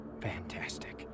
Fantastic